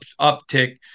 uptick